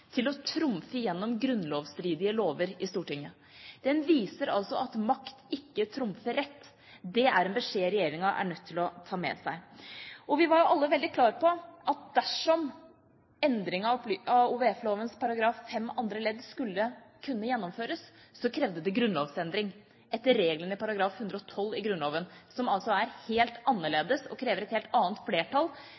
til å trumfe gjennom grunnlovsstridige lover i Stortinget. Den viser altså at makt ikke trumfer rett. Det er en beskjed regjeringa er nødt til å ta med seg. Vi var alle veldig klare på at dersom endringen av OVF-loven § 5 andre ledd skulle gjennomføres, krevde det grunnlovsendring etter reglene i § 112 i Grunnloven, som er helt